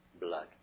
blood